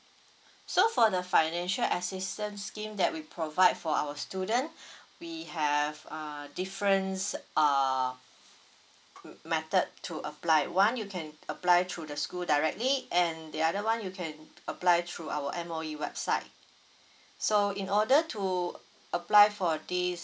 so for the financial assistance scheme that we provide for our student we have uh different uh method to applied one you can apply through the school directly and the other [one] you can apply through our M_O_E website so in order to apply for this